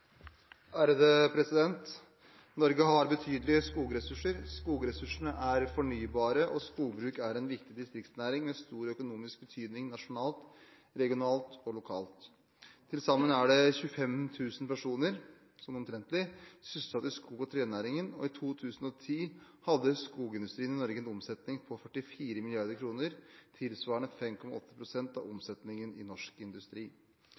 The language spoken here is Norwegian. Norge har betydelige skogressurser. Skogressursene er fornybare, og skogbruk er en viktig distriktsnæring med stor økonomisk betydning nasjonalt, regionalt og lokalt. Til sammen er omtrent 25 000 personer sysselsatt i skog- og trenæringen, og i 2010 hadde skogindustrien i Norge en omsetning på 44 mrd. kr, tilsvarende 5,8 pst. av omsetningen i norsk industri.